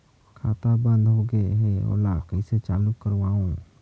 खाता बन्द होगे है ओला कइसे चालू करवाओ?